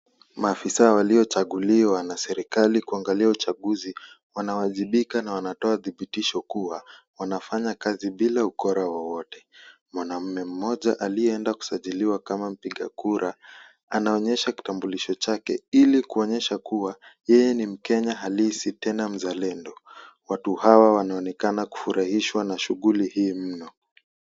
Maafisa waliochaguliwa na serikali kuangalia uchaguzi wanawajibika na wanatoa dhibitisho kua wanafanya kazi bila ukora wowote , mwanamume mmoja aliyeenda kusajiliwa kama mpiga kura anaonyesha kitambulisho chake ili kuonyesha kua yeye ni mkenya halisi tena mzalendo ,watu hawa wanaonekana kufurahishwa na shughli hii mno.